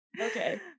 Okay